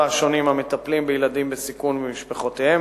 השונים המטפלים בילדים בסיכון ובמשפחותיהם,